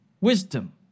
wisdom